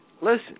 listen